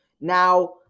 Now